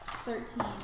Thirteen